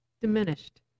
diminished